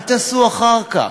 מה תעשו אחר כך?